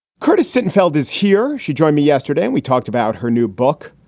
curtis sittenfeld is here. she joined me yesterday. and we talked about her new book,